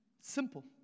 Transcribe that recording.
Simple